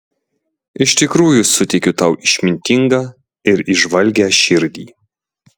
iš tikrųjų suteikiu tau išmintingą ir įžvalgią širdį